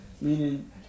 Meaning